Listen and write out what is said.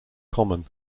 common